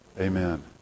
amen